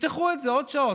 תפתחו את זה עוד שעות.